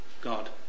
God